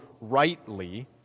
rightly